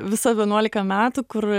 visą vienuolika metų kur